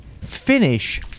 finish